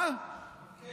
יש